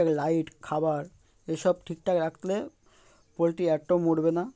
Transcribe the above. light খাবার এসব ঠিক ঠাক রাখলে পোলট্রি একটুও মরবে না